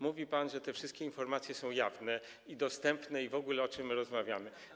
Mówi pan, że te wszystkie informacje są jawne i dostępne i że w ogóle o czym my rozmawiamy.